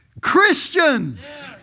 Christians